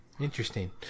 interesting